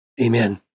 Amen